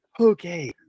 Okay